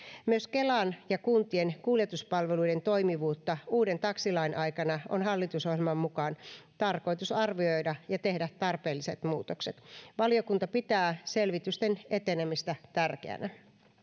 myös kelan ja kuntien kuljetuspalveluiden toimivuutta uuden taksilain aikana on hallitusohjelman mukaan tarkoitus arvioida ja tehdä tarpeelliset muutokset valiokunta pitää selvitysten etenemistä tärkeänä